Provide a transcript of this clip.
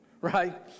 right